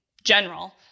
general